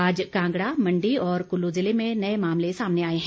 आज कांगड़ा मंडी और कुल्लू जिले में नए मामले सामने आए है